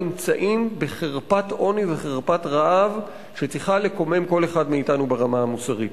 נמצאים בחרפת עוני ובחרפת רעב שצריכה לקומם כל אחד מאתנו ברמה המוסרית.